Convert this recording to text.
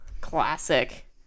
classic